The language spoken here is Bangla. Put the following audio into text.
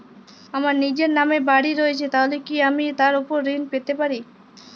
আমার নিজের নামে বাড়ী রয়েছে তাহলে কি আমি তার ওপর ঋণ পেতে পারি?